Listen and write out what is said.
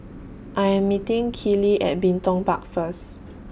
I Am meeting Keeley At Bin Tong Park First